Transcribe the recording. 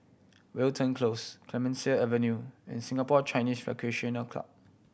Wilton Close Clemenceau Avenue and Singapore Chinese Recreational Club